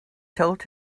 told